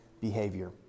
behavior